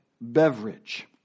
beverage